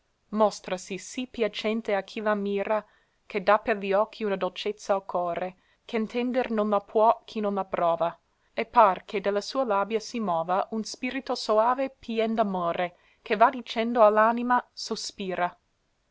mòstrasi sì piacente a chi la mira che dà per li occhi una dolcezza al core che ntender no la può chi non la prova e par che de la sua labbia si mova un spirito soave pien d'amore che va dicendo